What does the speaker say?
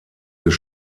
des